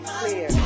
clear